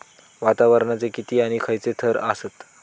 वातावरणाचे किती आणि खैयचे थर आसत?